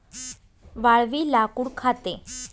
वाळवी लाकूड खाते